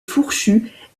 fourchue